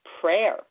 prayer